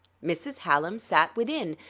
mrs. hallam sat within.